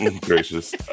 Gracious